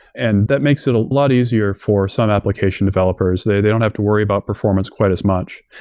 and that makes it a lot easier for some application developers. they they don't have to worry about performance quite as much.